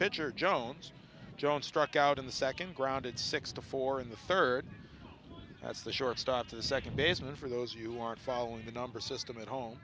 pitcher jones jones struck out in the second grounded six to four in the third as the shortstop the second baseman for those you are following the number system at home